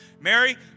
Mary